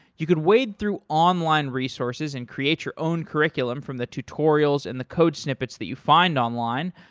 you could wade through online resources and create your own curriculum from the tutorials and the code snippets that you find online,